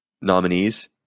nominees